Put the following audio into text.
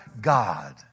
God